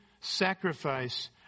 sacrifice